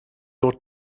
your